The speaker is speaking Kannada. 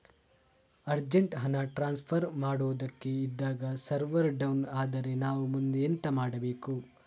ಅರ್ಜೆಂಟ್ ಹಣ ಟ್ರಾನ್ಸ್ಫರ್ ಮಾಡೋದಕ್ಕೆ ಇದ್ದಾಗ ಸರ್ವರ್ ಡೌನ್ ಆದರೆ ನಾವು ಮುಂದೆ ಎಂತ ಮಾಡಬೇಕು?